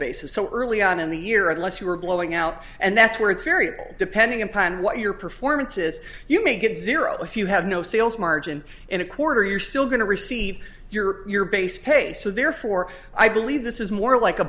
basis so early on in the year unless you were blowing out and that's where it's variable depending upon what your performances you may get zero if you have no sales margin in a quarter you're still going to receive your base pay so therefore i believe this is more like a